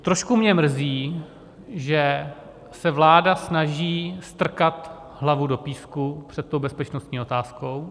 Trošku mě mrzí, že se vláda snaží strkat hlavu do písku před tou bezpečnostní otázkou.